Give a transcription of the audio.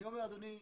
אני אומר, אדוני,